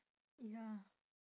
ya